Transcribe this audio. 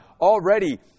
already